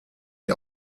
die